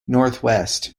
northeast